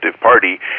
party